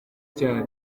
cyane